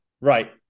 Right